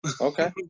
Okay